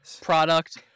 product